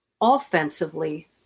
offensively